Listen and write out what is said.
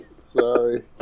Sorry